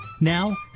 Now